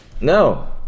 No